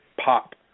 pop